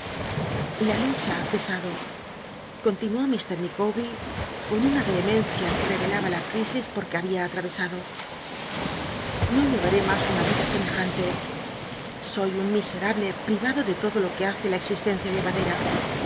la lucha ha cesado continuó lh micawbcr con una vehemencia que revelaba la crisis por que había atavesado no llevaré mas una vida semejante soy un miserable privado de lodo lo que hace la existencia lleva